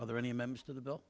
other any members of the bill